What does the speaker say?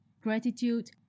gratitude